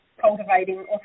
cultivating